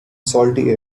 salty